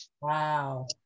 Wow